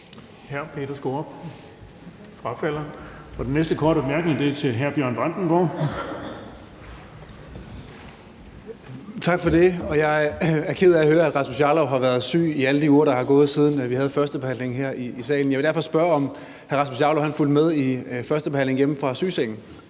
Hr. Peter Skaarup frafalder, og den næste korte bemærkning er fra hr. Bjørn Brandenborg. Kl. 14:11 Bjørn Brandenborg (S): Tak for det. Jeg er ked af at høre, at hr. Rasmus Jarlov har været syg i alle de uger, der er gået, siden vi havde førstebehandlingen her i salen. Jeg vil derfor spørge, om hr. Rasmus Jarlov fulgte med i førstebehandlingen hjemme fra sygesengen.